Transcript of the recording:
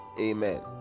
Amen